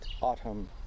autumn